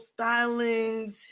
stylings